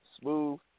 smooth